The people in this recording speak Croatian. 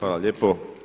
Hvala lijepo.